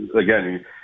again